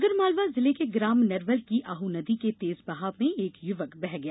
आगरमालवा जिले के ग्राम नरवल की आह नदी के तेज बहाव में एक युवक बह गया